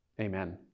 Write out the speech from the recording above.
Amen